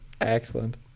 excellent